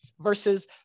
versus